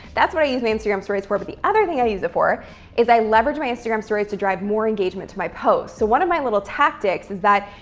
that's what i use my instagram stories for. but the other thing i use it for is i leverage my instagram stories to drive more engagement to my post. so one of my little tactics is that,